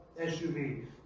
SUV